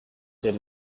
did